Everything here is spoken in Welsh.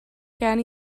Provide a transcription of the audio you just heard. gen